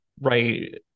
right